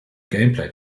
gameplay